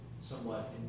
somewhat